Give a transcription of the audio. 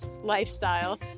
lifestyle